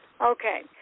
Okay